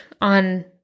on